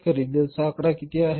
खरेदीचा आकडा किती आहे